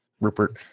Rupert